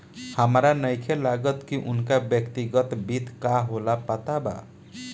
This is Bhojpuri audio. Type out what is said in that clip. हामरा नइखे लागत की उनका व्यक्तिगत वित्त का होला पता बा